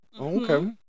Okay